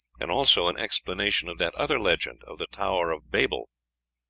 and also an explanation of that other legend of the tower of babel,